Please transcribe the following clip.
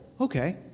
okay